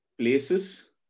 places